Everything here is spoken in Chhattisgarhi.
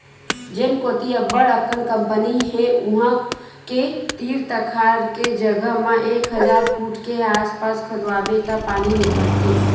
जेन कोती अब्बड़ अकन कंपनी हे उहां के तीर तखार के जघा म एक हजार फूट के आसपास खोदवाबे त पानी निकलथे